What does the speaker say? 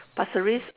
pasir ris uh